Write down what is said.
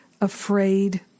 afraid